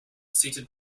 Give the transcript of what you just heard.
seated